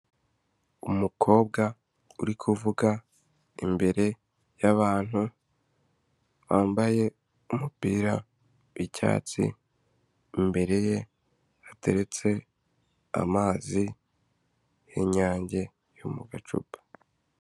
Umukobwa uri kuvuga imbere y',abantu bambaye umupira w'icyatsi, imbere ye hateretse amazi y'inyange yo mu gacupa.